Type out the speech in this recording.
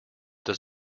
does